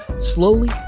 slowly